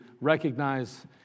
recognize